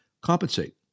compensate